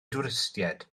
dwristiaid